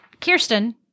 Kirsten